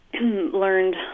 learned